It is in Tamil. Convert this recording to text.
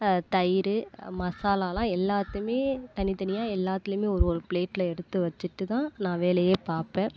தயிர் மசாலாவெலாம் எல்லாத்தையுமே தனி தனியாக எல்லாத்திலையுமே ஒரு ஒரு பிளேட்ல எடுத்து வச்சிட்டு தான் நான் வேலையே பார்ப்பேன்